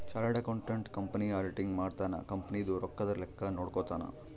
chartered accountant company auditing ಮಾಡ್ತನ ಕಂಪನಿ ದು ರೊಕ್ಕದ ಲೆಕ್ಕ ನೋಡ್ಕೊತಾನ